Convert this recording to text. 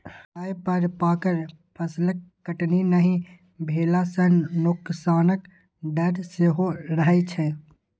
समय पर पाकल फसलक कटनी नहि भेला सं नोकसानक डर सेहो रहै छै